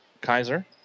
Kaiser